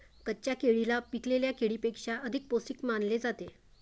कच्च्या केळीला पिकलेल्या केळीपेक्षा अधिक पोस्टिक मानले जाते